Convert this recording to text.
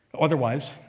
Otherwise